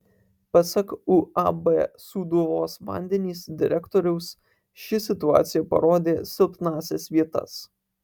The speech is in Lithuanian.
pasak uab sūduvos vandenys direktoriaus ši situacija parodė silpnąsias vietas